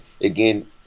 again